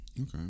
okay